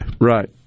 Right